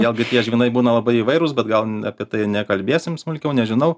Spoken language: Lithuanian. vėlgi tie žvynai būna labai įvairūs bet gal apie tai nekalbėsim smulkiau nežinau